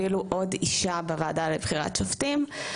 אפילו עוד אישה בוועדה לבחירת שופטים.